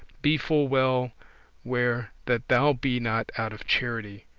be full well ware that thou be not out of charity.